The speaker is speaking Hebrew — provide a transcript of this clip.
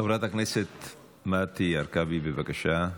חברת הכנסת מטי צרפתי הרכבי, בבקשה.